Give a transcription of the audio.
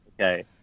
Okay